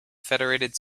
federated